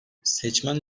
seçmen